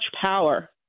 power